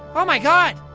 oh my god!